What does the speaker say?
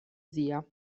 zia